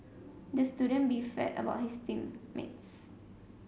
the student beefed about his team mates